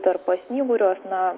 dar pasnyguriuos na